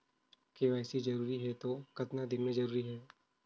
KYC जरूरी हे तो कतना दिन मे जरूरी है?